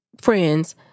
friends